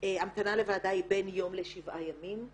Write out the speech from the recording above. המתנה לוועדה היא בין יום לשבעה ימים-